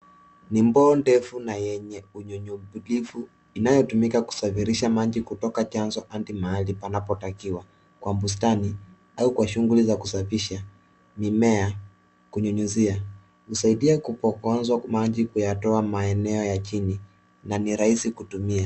Ni mbao ndefu na yenye unyunyulivu inayotumika kusafirisha maji kutoka chanzo hadi mahali panapotakiwa, kwa bustani au kwa shughuli za kusafisha, mimea, kunyunyuzia. Husaidia maji kuyatoa maeneo ya chini na ni rahisi kutumia.